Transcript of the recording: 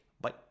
Bye